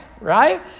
right